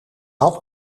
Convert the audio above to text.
had